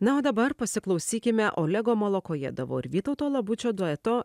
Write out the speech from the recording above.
na o dabar pasiklausykime olego molokojedovo ir vytauto labučio dueto